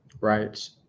Right